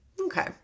Okay